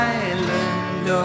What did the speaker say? island